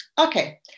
Okay